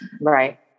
Right